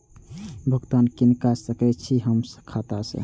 भुगतान किनका के सकै छी हम खाता से?